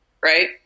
Right